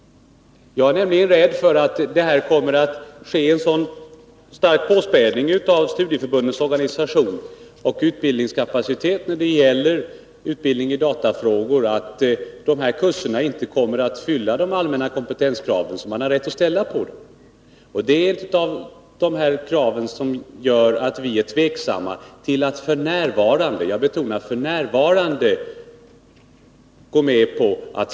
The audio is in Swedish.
Jag är nämligen rädd för att det här kommer att ske en sådan påspädning av studieförbundens organisation och utbildningskapacitet då det gäller utbildning i datafrågor att kurserna inte kommer att fylla de allmänna kompetenskrav som man har rätt att ställa på dem. Det är ett av de kraven som gör att vi är mer än tveksamma till att f. n. — jag betonar f. n.